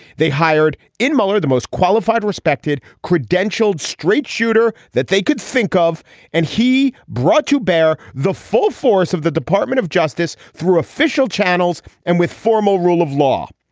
they hired in mueller the most qualified respected credentialed straight shooter that they could think of and he brought to bear the full force of the department of justice through official channels and with formal rule of law.